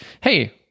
hey